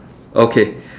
okay